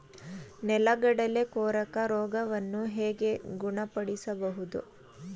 ನೆಲಗಡಲೆ ಕೊರಕ ರೋಗವನ್ನು ಹೇಗೆ ಗುಣಪಡಿಸಬಹುದು?